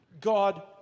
God